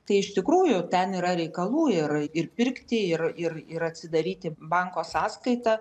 tai iš tikrųjų ten yra reikalų ir ir pirkti ir ir ir atsidaryti banko sąskaitą